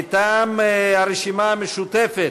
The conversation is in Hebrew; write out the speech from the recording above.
מטעם הרשימה המשותפת: